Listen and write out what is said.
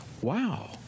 Wow